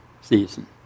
season